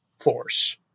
force